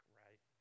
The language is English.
right